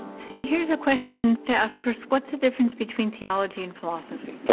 see, here's a question to ask first. what's the difference between theology and philosophy?